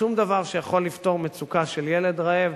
שום דבר שיכול לפתור מצוקה של ילד רעב,